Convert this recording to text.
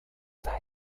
голод